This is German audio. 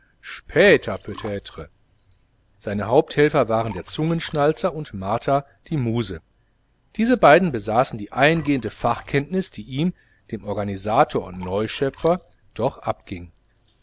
peutetre seine haupthelfer waren der zungenschnalzer und martha die muse diese beiden besaßen die eingehende fachkenntnis die ihm dem organisator und neuschöpfer doch abging